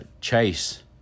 chase